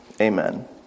Amen